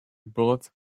bullet